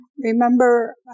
Remember